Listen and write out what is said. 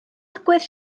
agwedd